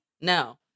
No